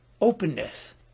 openness